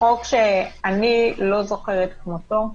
חוק שאני לא זוכרת כמותו.